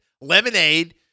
lemonade